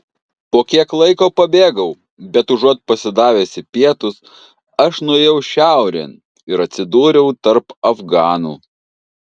po kiek laiko pabėgau bet užuot pasidavęs į pietus aš nuėjau šiaurėn ir atsidūriau tarp afganų